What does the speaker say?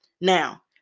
Now